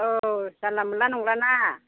औ जानला मोनला नंलाना